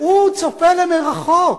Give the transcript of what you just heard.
והוא צופה למרחוק,